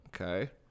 Okay